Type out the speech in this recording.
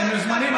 אתם מוזמנים.